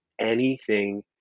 anything-